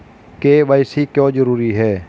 KYC क्यों जरूरी है?